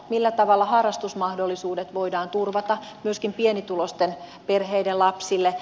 millä tavalla harrastusmahdollisuudet voidaan turvata myöskin pienituloisten perheiden lapsille